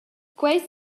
quei